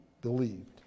believed